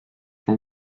were